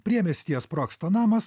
priemiestyje sprogsta namas